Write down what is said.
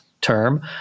term